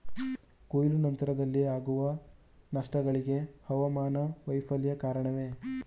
ಕೊಯ್ಲು ನಂತರದಲ್ಲಿ ಆಗುವ ನಷ್ಟಗಳಿಗೆ ಹವಾಮಾನ ವೈಫಲ್ಯ ಕಾರಣವೇ?